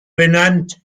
benannt